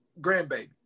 grandbaby